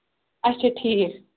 اَچھا ٹھیٖک